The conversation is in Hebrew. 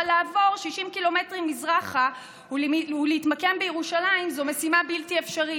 אבל לעבור 60 קילומטרים מזרחה ולהתמקם בירושלים זו משימה בלתי אפשרית?